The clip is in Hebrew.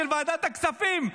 של ועדת הכספים.